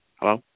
Hello